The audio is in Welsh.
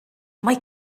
mae